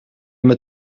mit